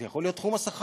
זה יכול להיות תחום השכר,